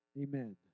Amen